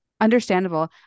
Understandable